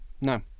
no